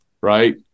right